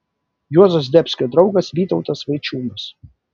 juozo zdebskio draugas vytautas vaičiūnas